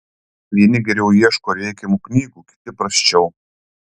vieni geriau ieško reikiamų knygų kiti prasčiau